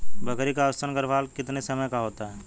बकरी का औसतन गर्भकाल कितने समय का होता है?